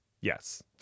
Yes